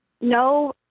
no